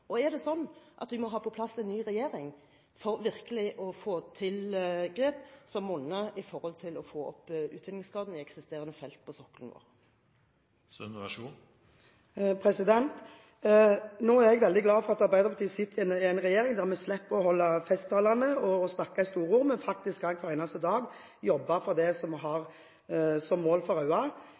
utvinningsgrad? Er det sånn at vi må ha på plass en ny regjering for virkelig å få til grep som monner når det gjelder å få opp utvinningsgraden i eksisterende felt på sokkelen? Jeg er veldig glad for at Arbeiderpartiet sitter i en regjering der vi slipper å holde festtaler og snakke i store ord, men der vi faktisk hver eneste dag jobber for det vi har som mål,